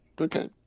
Okay